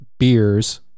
Beers